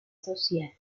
social